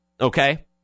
okay